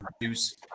reduce